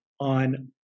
on